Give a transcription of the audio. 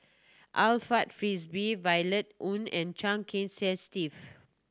Alfred Frisby Violet Oon and Chia Kiah Steve